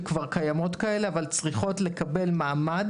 שכבר קיימות כאלה אבל צריכות לקבל מעמד